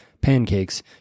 pancakes